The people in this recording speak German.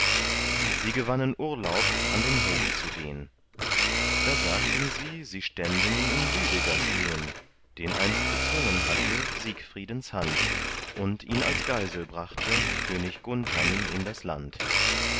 sie gewannen urlaub an den hof zu gehn da sagten sie sie ständen in lüdegers lehn den einst bezwungen hatte siegfriedens hand und ihn als geisel brachte könig gunthern in das land